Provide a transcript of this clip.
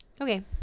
Okay